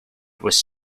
was